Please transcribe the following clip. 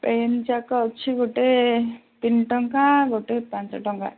pain ଜାକ ଅଛି ଗୋଟେ ତିନି ଟଙ୍କା ଗୋଟେ ପାଞ୍ଚ ଟଙ୍କା